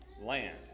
land